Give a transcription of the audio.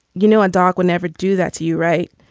you know, a dog would never do that to you, right?